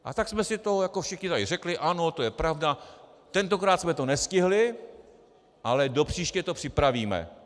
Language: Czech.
A tak jsme si to tady všichni řekli, ano, to je pravda, tentokrát jsme to nestihli, ale do příště to připravíme.